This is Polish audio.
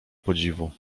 podziwu